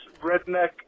redneck